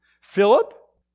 Philip